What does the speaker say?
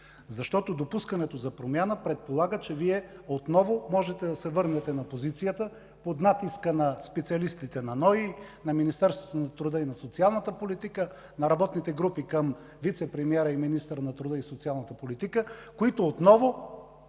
Допускането за промяна предполага, че Вие отново можете да се върнете на позицията под натиска на специалистите от Националния осигурителен институт, на Министерството на труда и социалната политика, на работните групи към вицепремиера и министъра на труда и социалната политика, които отново